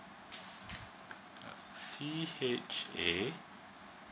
uh C H A